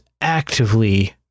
actively